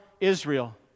Israel